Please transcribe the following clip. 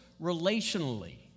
relationally